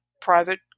private